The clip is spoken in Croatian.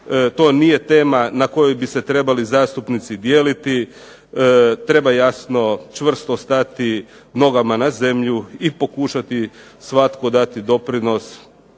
to nije tema na kojoj bi se trebali zastupnici dijeliti, treba jasno čvrsto stati nogama na zemlju i pokušati svatko dati doprinos